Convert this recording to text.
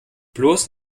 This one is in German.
bloß